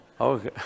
okay